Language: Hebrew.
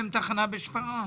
זה תחת שר השיכון.